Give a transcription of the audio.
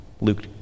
Luke